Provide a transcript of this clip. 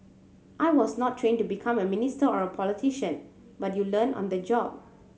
I was not trained to become a minister or a politician but you learn on the job